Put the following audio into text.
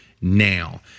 now